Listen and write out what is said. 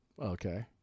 Okay